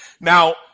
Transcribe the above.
Now